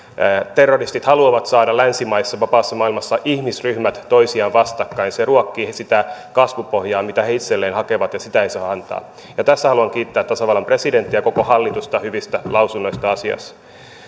terroristit haluavat saada länsimaissa vapaassa maailmassa ihmisryhmät toisiaan vastakkain se ruokkii sitä kasvupohjaa mitä he itselleen hakevat ja sitä ei saa antaa tässä haluan kiittää tasavallan presidenttiä ja koko hallitusta hyvistä lausunnoista asiassa